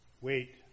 Wait